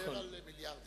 שמדבר על מיליארדים.